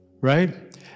Right